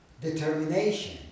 determination